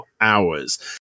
hours